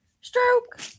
stroke